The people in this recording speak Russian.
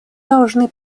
должны